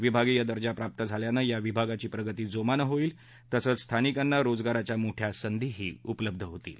विभागीय दर्जा प्राप्त झाल्यानं या विभागाची प्रगती जोमानं होईल तसंच स्थानिकांना रोजगाराच्या मोठ्या संधी उपलब्ध होतील